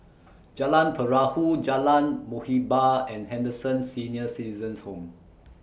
Jalan Perahu Jalan Muhibbah and Henderson Senior Citizens' Home